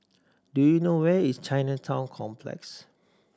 do you know where is Chinatown Complex